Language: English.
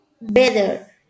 better